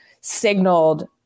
signaled